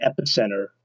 epicenter